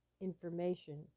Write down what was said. information